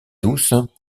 douces